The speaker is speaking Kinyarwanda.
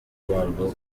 warwo